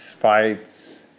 fights